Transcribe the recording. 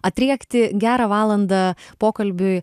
atriekti gerą valandą pokalbiui